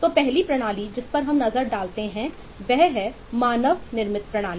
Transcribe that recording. तो पहली प्रणाली जिस पर हम नज़र डालते हैं वह है एक मानव निर्मित प्रणाली